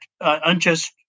unjust